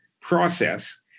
process